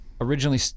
originally